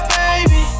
baby